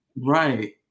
right